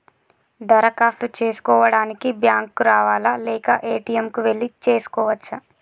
దరఖాస్తు చేసుకోవడానికి బ్యాంక్ కు రావాలా లేక ఏ.టి.ఎమ్ కు వెళ్లి చేసుకోవచ్చా?